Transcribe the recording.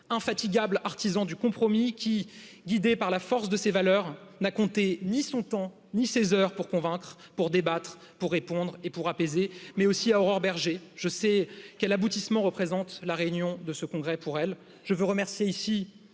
infatigable artisan du compromis qui guidé par la force de ses valeurs n'a compté ni son temps ni ses heures pour convaincre pour débattre pour répondre et pour apaiser mais aussi à aurore bergé je sais quel aboutissement représente la réunion de ce congrès pour elle. Je veux remercier ici